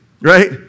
right